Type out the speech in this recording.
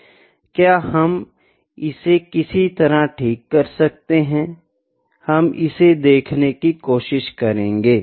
क्या हम इसे किसी तरह ठीक कर सकते हैं हम इसे देखने की कोशिश करेंगे